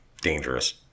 dangerous